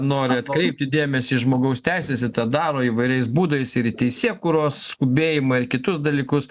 nori atkreipti dėmesį į žmogaus teisės ir tą daro įvairiais būdais ir į teisėkūros skubėjimą ir kitus dalykus